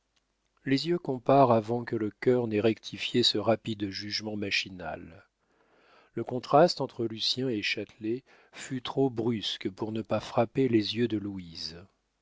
les yeux comparent avant que le cœur n'ait rectifié ce rapide jugement machinal le contraste entre lucien et châtelet fut trop brusque pour ne pas frapper les yeux de louise